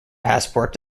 passport